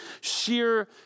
sheer